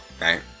right